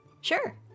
Sure